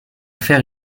faire